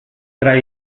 tra